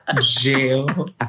jail